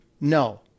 No